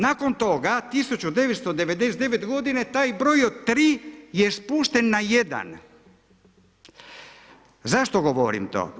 Nakon toga 1999. godine taj broj od 3 je spušten na 1. Zašto govorim to?